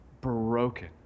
broken